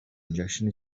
congestion